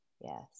Yes